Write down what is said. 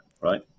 right